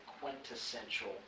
quintessential